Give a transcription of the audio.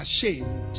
ashamed